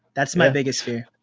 that's my biggest fear.